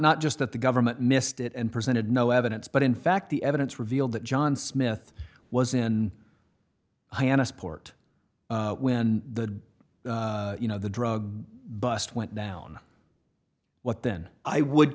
just that the government missed it and presented no evidence but in fact the evidence revealed that john smith was in hyannis port when the you know the drug bust went down what then i would